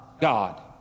God